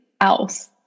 else